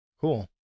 Cool